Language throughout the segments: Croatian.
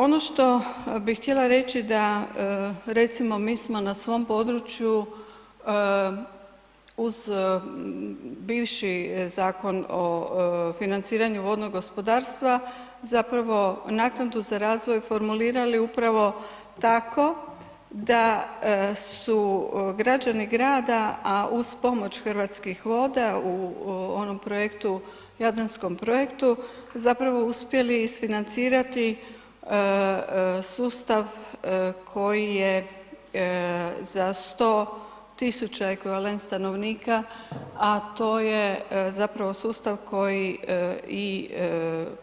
Ono što bih htjela reći da, recimo, mi smo na svom području uz bivši Zakon o financiranju vodnog gospodarstva zapravo naknadu za razvoj formulirali upravo tako da su građani grada, a uz pomoć Hrvatskih voda u onom projektu, Jadranskom projektu, zapravo uspjeli isfinancirati sustav koji je za 100 tisuća ekvivalent stanovnika, a to je zapravo sustav koji i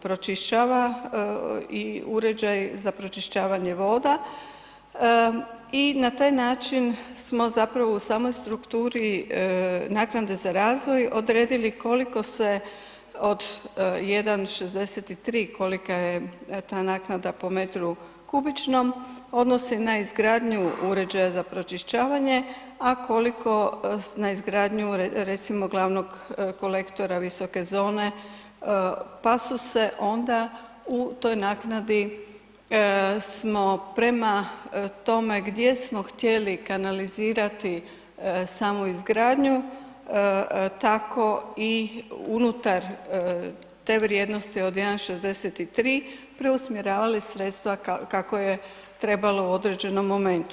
pročišćava i uređaj za pročišćavanje vode i na taj način smo zapravo u samoj strukturi naknade za razvoj odredili koliko se od 1,63, kolika je ta naknada po metru kubičnom odnosi na izgradnju uređaja za pročišćavanja, a koliko na izgradnju, recimo, glavnog kolektora visoke zone, pa su se onda u toj naknadi smo prema tome gdje smo htjeli kanalizirati samu izgradnju, tako i unutar te vrijednosti od 1,63 preusmjeravali sredstva kako je trebalo u određenom momentu.